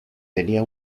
tenía